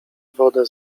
wodę